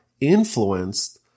influenced